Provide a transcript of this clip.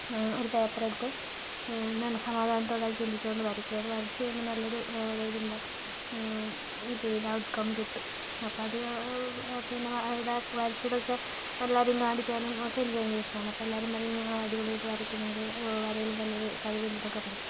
ഒരു പേപ്പർ എടുത്ത് നല്ല സമാധാനത്തോടെ അത് ചിന്തിച്ചുകൊണ്ട് വരയ്ക്കും അത് വരച്ച് കഴിയുമ്പോൾ നല്ലൊരു അതായത് എന്താ പിന്നെ ഔട്ട് കം കിട്ടും അപ്പോൾ അത് പിന്നെ ഇതാ വരച്ചതൊക്കെ എല്ലാവരേയും കാണിക്കാനും ഒക്കെ എനിക്ക് ഭയങ്കര ഇഷ്ടമാണ് അപ്പോൾ എല്ലാവരും പറയും ആ അടിപൊളിയായിട്ട് വരയ്ക്കുന്നുണ്ട് വരയില് നല്ലൊരു കഴിവുണ്ടെന്നൊക്കെ പറയും